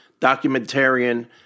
documentarian